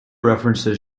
references